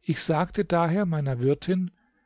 ich sagte daher meiner wirtin